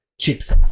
chips